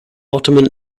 ottoman